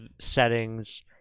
settings